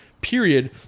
period